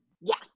Yes